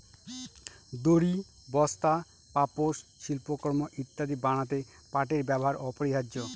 দড়ি, বস্তা, পাপোষ, শিল্পকর্ম ইত্যাদি বানাতে পাটের ব্যবহার অপরিহার্য